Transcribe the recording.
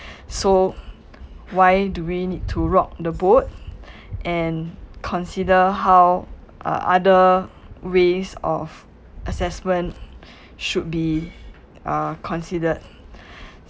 so why do we need to rock the boat and consider how uh other ways of assessment should be uh considered